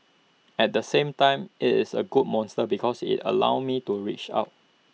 at the same time IT is A good monster because IT allows me to reach out